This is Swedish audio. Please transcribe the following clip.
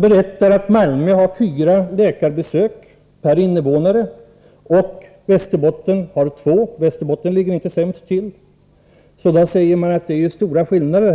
berättade att Malmö har fyra läkarbesök per invånare och Västerbotten har två — Västerbotten ligger inte sämst till — och säger att det är stora skillnader.